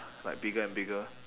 like bigger and bigger